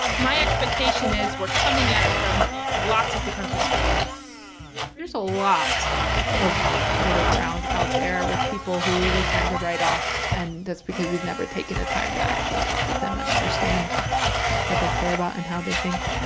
my expectation is we're coming at it from lots of different perspectives there's a lot of middle ground out there with people who we tend to write off. off. and that's because we've never taken the time to actually talk with them and understand what they care about and how they think.